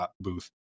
booth